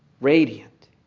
radiant